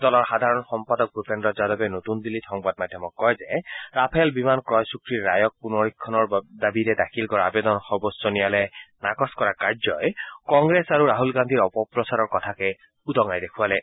দলৰ সাধাৰণ সম্পাদক ভূপেন্দ্ৰ যাদৱে নতূন দিল্লীত সংবাদ মাধ্যমক কয় যে ৰাফেল বিমান ক্ৰয় চুক্তিৰ ৰায়ক পুনৰীক্ষণৰ দাবীৰে দাখিল কৰা আবেদন সৰ্বোচ্চ ন্যায়ালয়ে নাকচ কৰা কাৰ্যই কংগ্ৰেছ আৰু ৰাছল গাদ্ধীৰ অপপ্ৰচাৰক উদঙাই দেখুৱালে